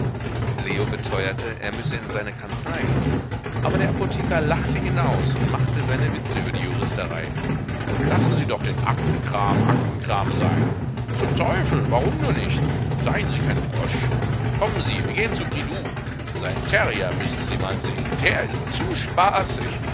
leo beteuerte er müsse in seine kanzlei aber der apotheker lachte ihn aus und machte seine witze über die juristerei lassen sie doch den aktenkram aktenkram sein zum teufel warum nur nicht seien sie kein frosch kommen sie wir gehn zu bridoux seinen terrier müssen sie mal sehen der ist zu spaßig